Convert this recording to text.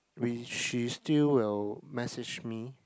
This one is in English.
we she still will message me